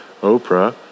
Oprah